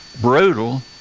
brutal